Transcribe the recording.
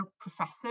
professor